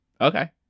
Okay